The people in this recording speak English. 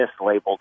mislabeled